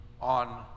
on